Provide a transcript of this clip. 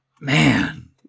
man